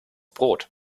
brot